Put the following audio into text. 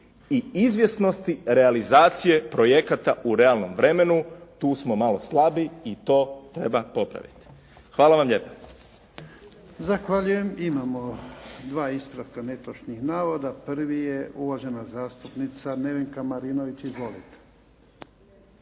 i izvjesnosti realizacije projekata u realnom vremenu. Tu smo malo slabi i to treba popraviti. Hvala vam lijepo.